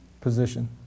position